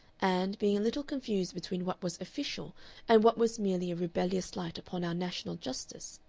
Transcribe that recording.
and, being a little confused between what was official and what was merely a rebellious slight upon our national justice,